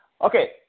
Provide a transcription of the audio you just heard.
Okay